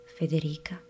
Federica